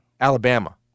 Alabama